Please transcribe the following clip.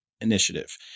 Initiative